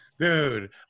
Dude